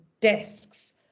desks